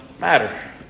matter